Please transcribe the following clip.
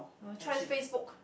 must try Facebook